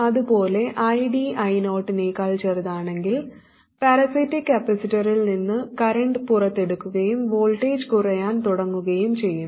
അതുപോലെ ID I0 നേക്കാൾ ചെറുതാണെങ്കിൽ പാരാസൈറ്റിക് കപ്പാസിറ്ററിൽ നിന്ന് കറന്റ് പുറത്തെടുക്കുകയും വോൾട്ടേജ് കുറയാൻ തുടങ്ങുകയും ചെയ്യും